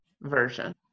version